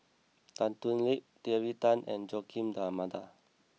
Tan Thoon Lip Terry Tan and Joaquim D'almeida